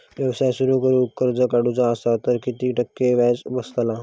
व्यवसाय सुरु करूक कर्ज काढूचा असा तर किती टक्के व्याज बसतला?